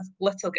little